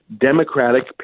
democratic